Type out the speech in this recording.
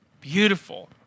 beautiful